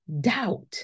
doubt